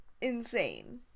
insane